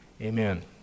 Amen